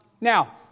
Now